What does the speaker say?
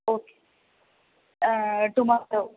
okay tomorrow